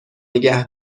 نگه